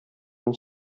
мин